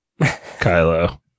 Kylo